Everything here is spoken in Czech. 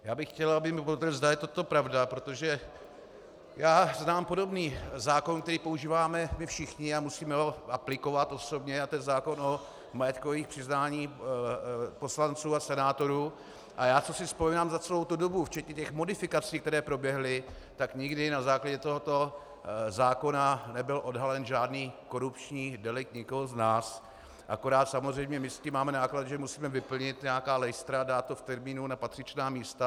Já bych chtěl, aby mi potvrdil, zda je toto pravda, protože já znám podobný zákon, který používáme my všichni, a musíme ho aplikovat osobně, a to je zákon o majetkových přiznáních poslanců a senátorů, a co si vzpomínám, za celou tu dobu, včetně těch modifikací, které proběhly, nikdy na základě tohoto zákona nebyl odhalen žádný korupční delikt nikoho z nás, akorát samozřejmě my s tím máme náklady, že musíme vyplnit nějaká lejstra a dát to v termínu na patřičná místa.